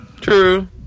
True